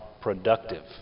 productive